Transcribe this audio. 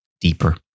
deeper